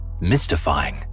mystifying